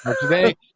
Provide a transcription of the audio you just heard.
today